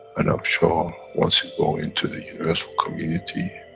and i'm sure, once you go into the universal community.